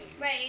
right